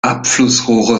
abflussrohre